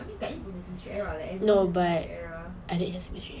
sesame street also my era like everyone sesame street era